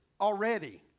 already